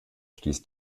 stieß